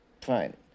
fine